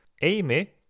Amy